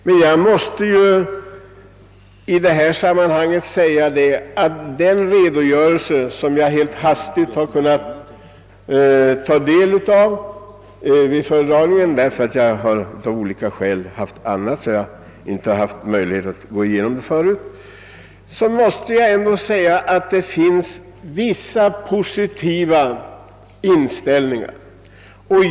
Men jag måste i detta sammanhang säga att den redogörelse som jag helt hastigt kunnat ta del av vid föredragningen nyss — av olika skäl har jag haft annat att göra, varför jag inte hunnit gå igenom det förut — innehåller vissa positiva drag.